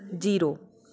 zero